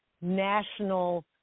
national